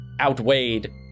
outweighed